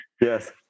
Yes